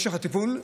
משך הטיפול,